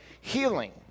healing